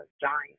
giant